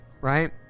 right